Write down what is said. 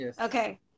Okay